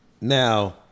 Now